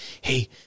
hey